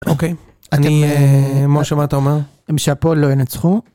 אוקיי, אני... משהו מה אתה אומר? אם שפול לא ינצחו...